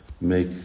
make